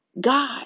God